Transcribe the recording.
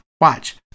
Watch